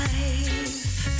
Life